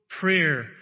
prayer